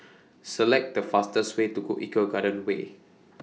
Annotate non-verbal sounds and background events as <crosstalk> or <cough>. <noise> Select The fastest Way to <unintelligible> Eco Garden Way